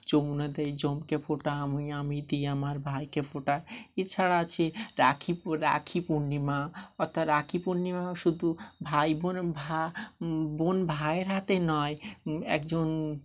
যমুনা দেয় যমকে ফোঁটা আমি আমি দিই আমার ভাইকে ফোঁটা এছাড়া আছে রাখি রাখি পূর্ণিমা অর্থাৎ রাখি পূর্ণিমাও শুধু ভাই বোন ভা বোন ভাইয়ের হাতে নয় একজন